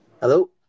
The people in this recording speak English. Hello